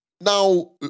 Now